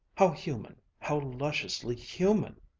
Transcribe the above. how human, how lusciously human!